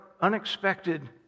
unexpected